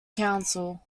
council